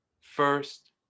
First